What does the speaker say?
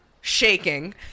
shaking